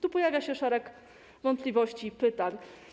Tu pojawia się szereg wątpliwości i pytań.